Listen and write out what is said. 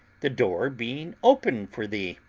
the door being open for thee?